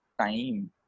time